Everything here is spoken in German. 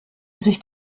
sich